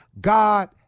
God